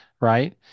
Right